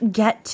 get